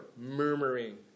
murmuring